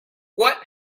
what